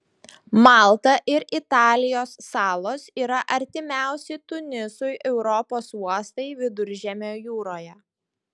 malta ir italijos salos yra artimiausi tunisui europos uostai viduržemio jūroje